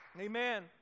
Amen